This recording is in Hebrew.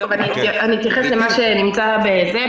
אתייחס אל מה שנמצא בסמכותי.